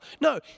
No